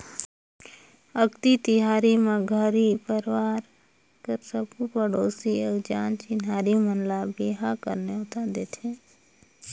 अक्ती तिहार म घरी परवार कर सबो पड़ोसी अउ जान चिन्हारी मन ल बिहा कर नेवता देथे